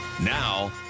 Now